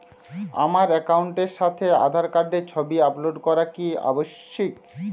আমার অ্যাকাউন্টের সাথে আধার কার্ডের ছবি আপলোড করা কি আবশ্যিক?